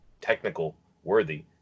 technical-worthy